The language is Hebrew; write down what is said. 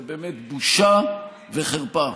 זה באמת בושה וחרפה.